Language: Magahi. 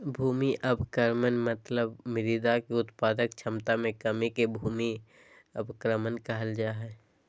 भूमि अवक्रमण मतलब मृदा के उत्पादक क्षमता मे कमी के भूमि अवक्रमण कहल जा हई